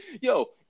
Yo